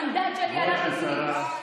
המנדט שלי הלך איתי.